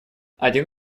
один